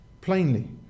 plainly